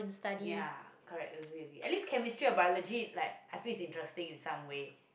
ya correct agree agree at least chemistry or biology is like I feel is interesting in some way